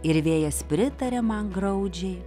ir vėjas pritaria man graudžiai